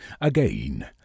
Again